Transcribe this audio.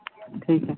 ठीक है